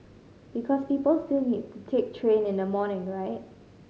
because people still need to take train in the morning right